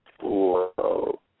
Whoa